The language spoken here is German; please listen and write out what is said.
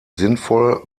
sinnvoll